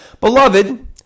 Beloved